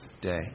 day